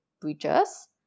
bridges